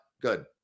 Good